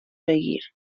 بگیر